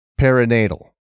perinatal